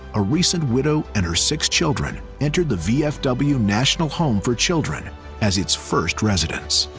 a recent widow and her six children entered the vfw national home for children as its first residents.